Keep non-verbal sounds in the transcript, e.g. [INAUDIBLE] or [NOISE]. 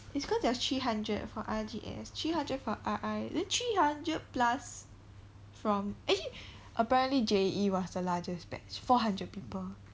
it's because there was three hundred from R_G_S three hundred from R_I then three hundred plus from actually [BREATH] apparently J_A_E was the largest batch four hundred people